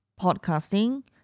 podcasting